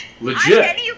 Legit